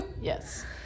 Yes